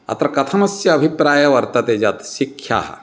अत्र कथमस्य अभिप्रायः वर्तते यत् शिक्षा